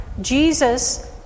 Jesus